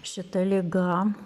šita liga